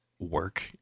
work